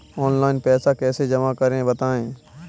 Online पैसा कैसे जमा करें बताएँ?